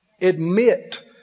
Admit